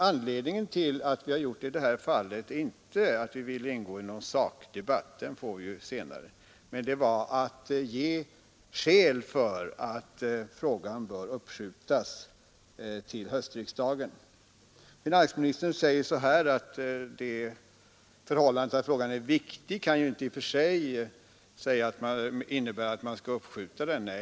Anledningen till att vi har gjort det i detta fall är inte att vi vill ingå i någon sakdebatt — en sådan får vi ju senare — utan anledningen är att vi vill ge skäl för att frågan bör uppskjutas till höstriksdagen. Finansministern säger att det förhållandet att frågan är viktig inte i och för sig kan innebära att man skall uppskjuta behandlingen.